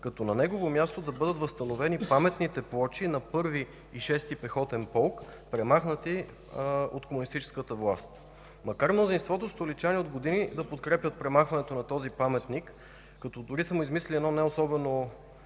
като на негово място бъдат възстановени паметните плочи на Първи и Шести пехотен полк, премахнати от комунистическата власт. Макар и мнозинството столичани от години да подкрепят премахването на този паметник, като дори са му измислили доста